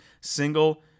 single